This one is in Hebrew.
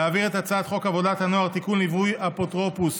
להעביר את הצעת חוק להנצחת הרב אברהם יצחק הכהן קוק (ציון זכרו ופועלו),